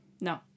no